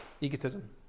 egotism